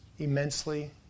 Immensely